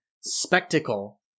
spectacle